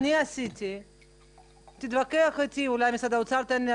הוא ייתן לנו